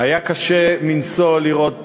היה קשה מנשוא לראות